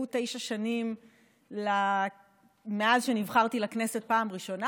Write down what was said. ימלאו תשע שנים מאז שנבחרתי לכנסת בפעם הראשונה,